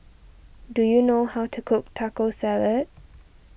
do you know how to cook Taco Salad